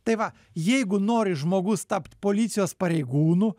tai va jeigu nori žmogus tapt policijos pareigūnu